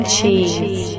Cheese